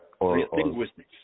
Linguistics